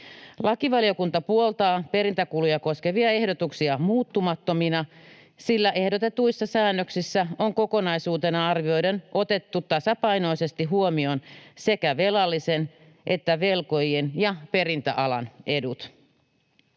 Lakivaliokunta puoltaa perintäkuluja koskevia ehdotuksia muuttumattomina, sillä ehdotetuissa säännöksissä on kokonaisuutena arvioiden otettu tasapainoisesti huomioon sekä velallisen että velkojien ja perintäalan edut.